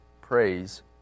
praise